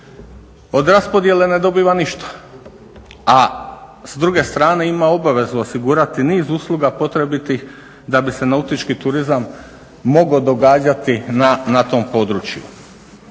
od raspodjele ne dobiva ništa a s druge strane ima obavezu osigurati niz usluga potrebitih da bi se nautički turizam mogao događati na tom području.